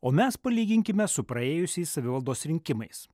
o mes palyginkime su praėjusiais savivaldos rinkimais